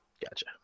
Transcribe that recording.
Gotcha